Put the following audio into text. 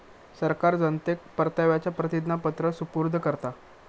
सरकार जनतेक परताव्याचा प्रतिज्ञापत्र सुपूर्द करता